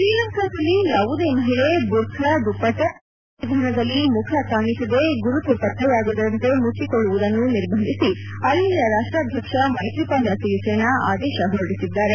ಶ್ರೀಲಂಕಾದಲ್ಲಿ ಯಾವುದೇ ಮಹಿಳೆ ಬುರ್ಕಾ ದುಪ್ಪಟ್ಸ ಅಥವಾ ಬೇರಾವುದೇ ವಿಧಾನದಲ್ಲಿ ಮುಖ ಕಾಣಿಸದೆ ಗುರುತು ಪತ್ತೆಯಾಗದಿರುವಂತೆ ಮುಚ್ಚಿಕೊಳ್ಳುವುದನ್ನು ನಿರ್ಬಂಧಿಸಿ ಅಲ್ಲಿಯ ರಾಷ್ಟ್ರಾಧ್ಯಕ್ಷ ಮೈತ್ರಿಪಾಲ ಸಿರಿಸೇನಾ ಆದೇಶ ಹೊರಡಿಸಿದ್ದಾರೆ